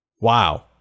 Wow